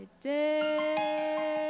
day